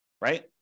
right